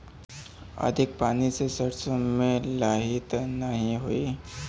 अधिक पानी से सरसो मे लाही त नाही होई?